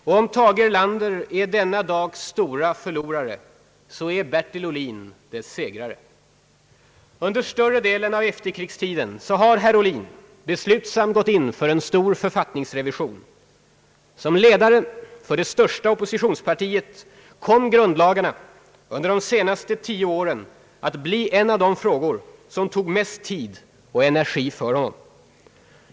Och om Tage Erlander är denna dags store förlorare är Bertil Ohlin dess segrare. Under större delen av efterkrigstiden har herr Ohlin beslutsamt gått in för en stor författningsrevision. För honom som ledare för det största oppositionspartiet kom grundlagarna under de senaste tio åren att bli en av de frågor som tagit mest tid och energi.